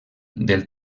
del